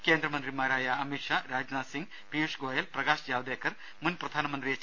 കേന്ദ്രമന്ത്രിമാരായ അമിത്ഷാ രാജ്നാഥ്സിങ് പിയൂഷ് ഗോയൽ പ്രകാശ് ജാവ് ദേക്കർ മുൻ പ്രധാനമന്ത്രി എച്ച്